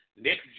next